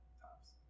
tops